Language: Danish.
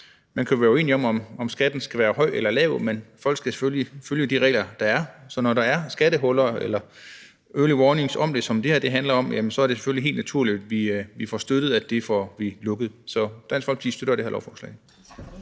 Man kan jo være uenig om, om skatten skal være høj eller lav, men folk skal selvfølgelig følge de regler, der er. Så når der er skattehuller eller early warnings om det – som det her handler om – så er det selvfølgelig helt naturligt, at vi får støttet, at man får det lukket. Så Dansk Folkeparti støtter det her lovforslag.